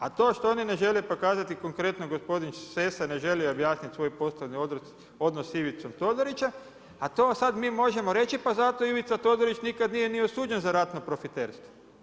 A to što oni ne žele pokazati konkretno gospodin Sessa ne želi objasniti svoj poslovni odnos sa Ivicom Todorićem, a to sad mi možemo reći pa zato Ivica Todorić nikad nije ni osuđen za ratno profiterstvo.